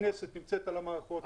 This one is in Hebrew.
הכנסת נמצאת על המערכות,